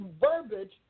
verbiage